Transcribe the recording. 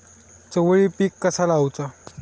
चवळी पीक कसा लावचा?